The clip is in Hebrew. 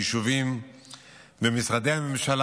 היישובים ומשרדי הממשלה.